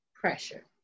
pressure